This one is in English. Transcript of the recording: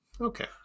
Okay